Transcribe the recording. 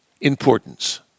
importance